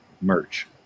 merch